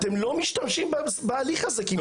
אתם לא משתמשים בהליך הזה כמעט,